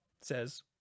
says